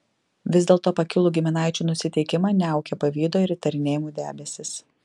vis dėlto pakilų giminaičių nusiteikimą niaukė pavydo ir įtarinėjimų debesys